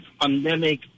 pandemic